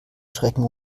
schrecken